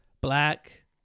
black